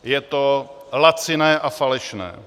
Je to laciné a falešné.